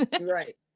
Right